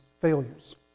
failures